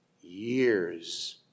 Years